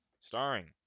starring